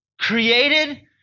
created